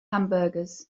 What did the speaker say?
hamburgers